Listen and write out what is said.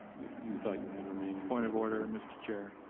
you thought you had remained a point of order mr. chair,